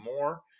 more